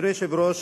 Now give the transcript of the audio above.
אדוני היושב-ראש,